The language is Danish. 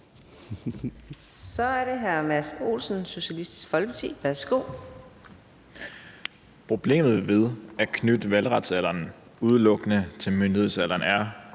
Problemet ved at knytte valgretsalderen udelukkende til myndighedsalderen er